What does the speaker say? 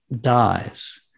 dies